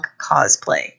cosplay